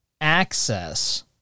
access